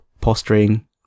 posturing